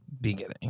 beginning